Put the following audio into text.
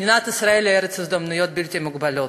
מדינת ישראל היא ארץ ההזדמנויות הבלתי-מוגבלות.